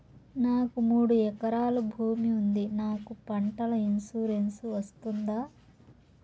నాకు మూడు ఎకరాలు భూమి ఉంది నాకు పంటల ఇన్సూరెన్సు వస్తుందా?